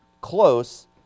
close